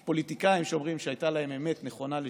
יש פוליטיקאים שאומרים שהייתה להם אמת נכונה לשעתה,